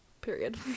period